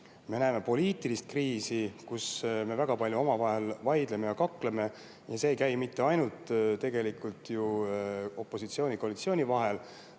Me näeme poliitilist kriisi. Me väga palju omavahel vaidleme ja kakleme, ja see ei käi mitte ainult opositsiooni ja koalitsiooni vahel,